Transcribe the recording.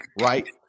right